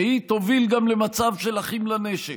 שהיא תוביל גם למצב של אחים לנשק.